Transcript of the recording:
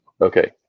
Okay